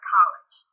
College